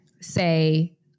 say